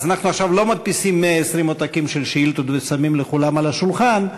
אנחנו עכשיו לא מדפיסים 120 עותקים של שאילתות ושמים לכולם על השולחן.